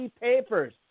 papers